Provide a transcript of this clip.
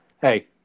Hey